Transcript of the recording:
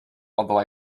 although